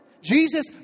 Jesus